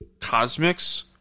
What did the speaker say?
cosmics